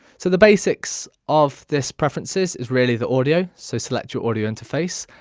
so the basics of this preferences is really the audio so select your audio interface,